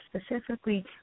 specifically